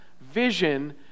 vision